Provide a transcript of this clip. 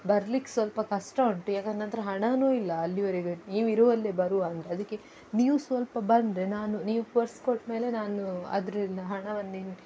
ಬರ್ಲಿಕ್ಕೆ ಸ್ವಲ್ಪ ಕಷ್ಟ ಉಂಟು ಯಾಕಂದ್ರೆ ನನ್ನತ್ತಿರ ಹಣನೂ ಇಲ್ಲ ಅಲ್ಲಿವರೆಗೆ ನೀವಿರುವಲ್ಲೆ ಬರುವ ಅಂದರೆ ಅದಕ್ಕೆ ನೀವು ಸ್ವಲ್ಪ ಬಂದರೆ ನಾನು ನೀವು ಪರ್ಸ್ ಕೊಟ್ಟಮೇಲೆ ನಾನು ಅದರಿಂದ ಹಣವನ್ನು ನಿಮ್ಗೆ